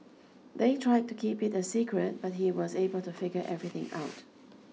they tried to keep it a secret but he was able to figure everything out